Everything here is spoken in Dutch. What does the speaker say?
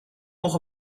nog